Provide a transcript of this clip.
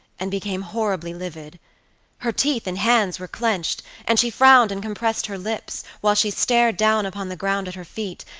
and became horribly livid her teeth and hands were clenched, and she frowned and compressed her lips, while she stared down upon the ground at her feet,